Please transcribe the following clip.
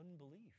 Unbelief